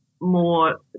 more